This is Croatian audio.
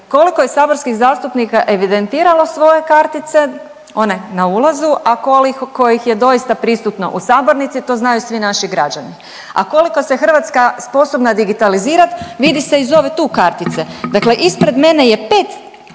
koliko je saborskih zastupnika evidentiralo svoje kartice one na ulazu, a koliko ih je doista prisutno u sabornici to znaju svi naši građani. A koliko se Hrvatska sposobna digitalizirat, vidi se iz ove tu kartice, dakle ispred mene je pet